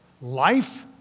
life